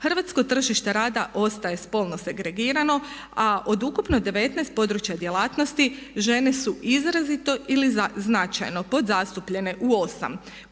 Hrvatsko tržište rada ostaje spolno segregirano, a od ukupno 19 područja djelatnosti žene su izrazito ili značajno podzastupljene u 8, ponajviše